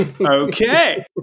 Okay